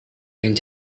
yang